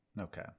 Okay